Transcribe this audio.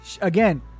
Again